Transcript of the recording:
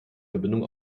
verbindung